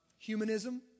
Humanism